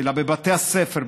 אלא בבתי הספר,